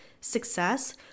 success